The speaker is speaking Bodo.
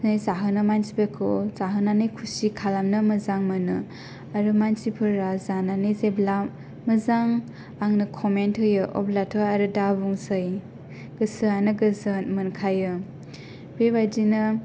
जाहोनो मानसिफोरखौ जाहोनानै खुसि खालामनो मोजां मोनो आरो मानसिफोरा जानानै जेब्ला मोजां आंनो कमेन्ट होयो अब्लाथ' आरो दाबुंसै गोसोयानो गोजोन मोनखायो बेबादिनो